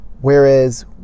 whereas